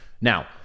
Now